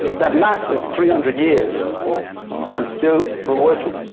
that lasted three hundred years and still we're working,